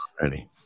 Ready